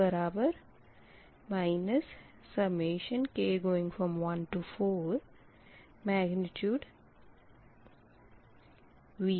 Q2 k14ViVkYiksin ik ik Q2 V2V1Y21sin 21 21